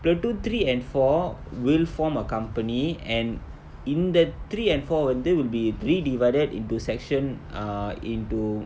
platoon three and four will form a company and இந்த:intha that three and four வந்து:vanthu will be three redivided into sections ah into